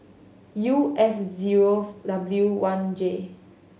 U S zero W one J